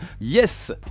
Yes